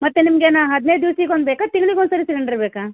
ಮತ್ತೆ ನಿಮ್ಗೆ ಏನು ಹದಿನೈದು ದಿವ್ಸಕ್ ಒಂದು ಬೇಕಾ ತಿಂಗ್ಳಿಗೆ ಒಂದು ಸಾರಿ ಸಿಲಿಂಡ್ರ್ ಬೇಕಾ